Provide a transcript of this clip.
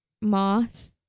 Moss